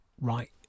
right